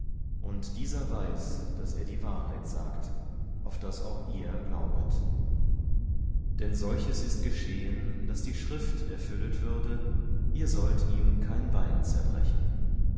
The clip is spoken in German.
und dieser weiß daß er die wahrheit sagt auf daß auch ihr glaubet denn solches ist geschehen daß die schrift erfüllet würde ihr sollt ihm kein bein zerbrechen